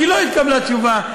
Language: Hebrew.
כי לא התקבלה תשובה.